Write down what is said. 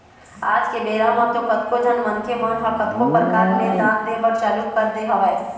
आज के बेरा म तो कतको झन मनखे मन ह कतको परकार ले दान दे बर चालू कर दे हवय